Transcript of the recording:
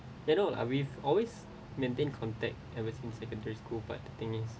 I know ah we've always maintain contact ever since secondary school but the thing is